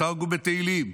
בתרגום תהילים: